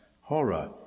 horror